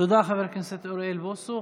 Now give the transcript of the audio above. תודה, חבר הכנסת אוריאל בוסו.